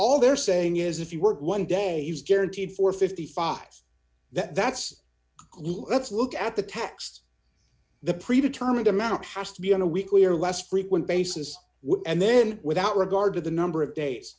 all they're saying is if you work one day's guaranteed for fifty five dollars that's let's look at the tax the pre determined amount has to be on a weekly or less frequent basis and then without regard to the number of days